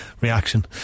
reaction